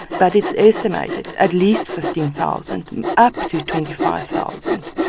but it's estimated at least fifteen thousand and up to twenty five thousand